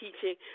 teaching